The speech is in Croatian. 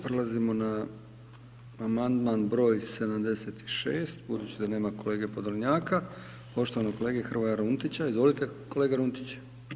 Prelazimo na amandman br. 76, budući da nema kolege Podolnjaka, poštovanog kolege Hrvoja Runtića, izvolite kolega Runtić.